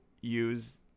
use